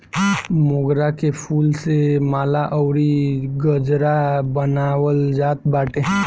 मोगरा के फूल से माला अउरी गजरा बनावल जात बाटे